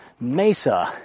Mesa